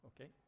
Okay